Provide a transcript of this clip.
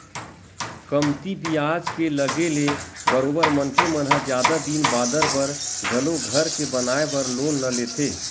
कमती बियाज के लगे ले बरोबर मनखे मन ह जादा दिन बादर बर घलो घर के बनाए बर लोन ल लेथे